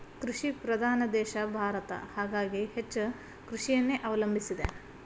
ಕೃಷಿ ಪ್ರಧಾನ ದೇಶ ಭಾರತ ಹಾಗಾಗಿ ಹೆಚ್ಚ ಕೃಷಿಯನ್ನೆ ಅವಲಂಬಿಸಿದೆ